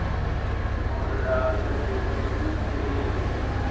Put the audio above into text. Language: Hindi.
हम ऋण आवेदन कैसे कर सकते हैं?